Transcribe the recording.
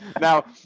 now